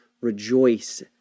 rejoice